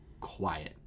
quiet